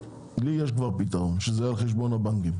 לי יש כבר פתרון והוא שזה יהיה על חשבון הבנקים.